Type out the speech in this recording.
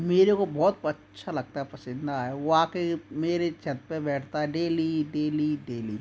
मेरे को बहुत अच्छा लगता है पसंदीदा है वो आप मेरे छत पे बैठता है डेली डेली डेली